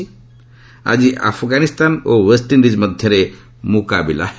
ଆଜି ଆଫଗାନିସ୍ତାନ ଓ ୱେଷ୍ଟଇଣ୍ଡିଜ୍ ମଧ୍ୟରେ ମୁକାବିଲା ହେବ